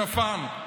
שפן,